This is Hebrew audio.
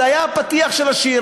זה היה הפתיח של השיר.